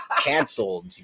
canceled